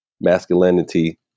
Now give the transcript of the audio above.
masculinity